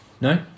no